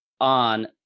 on